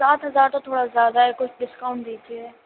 سات ہزار تو تھوڑا زیادہ ہے کچھ ڈسکاؤنٹ دیجیے